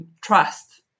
Trust